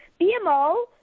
BMO